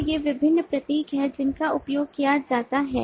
तो ये विभिन्न प्रतीक हैं जिनका उपयोग किया जाता है